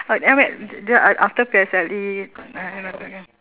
uh I mean this one I after P_S_L_E mm